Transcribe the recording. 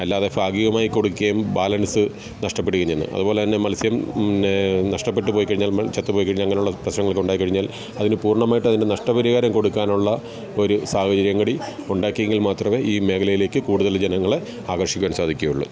അല്ലാതെ ഭാഗികമായി കൊടുക്കുകയും ബാലന്സ് നഷ്ടപ്പെടുകയും ചെയ്യന്നു അതുപോലെതന്നെ മത്സ്യം തന്നെ നഷ്ടപ്പെട്ടു പോയികഴിഞ്ഞാല് നമ്മള് ചത്തുപോയിക്കഴിഞ്ഞാല് അങ്ങനെയുള്ള പ്രശ്നങ്ങളൊക്കെ ഉണ്ടായിക്കഴിഞ്ഞാല് അതിന് പൂര്ണ്ണമായിട്ട് അതിന്റെ നഷ്ടപരിഹാരം കൊടുക്കാനുള്ള ഒരു സാഹചര്യംകൂടി ഉണ്ടാക്കിയെങ്കില് മാത്രമേ ഈ മേഖലയിലേക്ക് കൂടുതല് ജനങ്ങളെ ആകര്ഷിക്കുവാന് സാധിക്കുകയുളളൂ